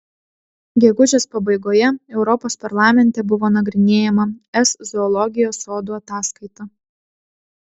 gegužės pabaigoje europos parlamente buvo nagrinėjama es zoologijos sodų ataskaita